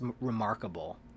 remarkable